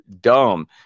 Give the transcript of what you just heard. dumb